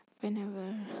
whenever